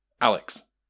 Alex